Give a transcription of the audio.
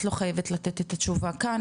את לא חייבת לתת את התשובה כאן,